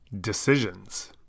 Decisions